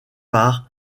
par